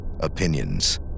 Opinions